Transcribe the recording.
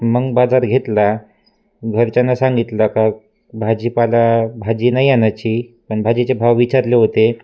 मग बाजार घेतला घरच्यांना सांगितला का भाजीपाला भाजी नाही आणायची पण भाजीचे भाव विचारले होते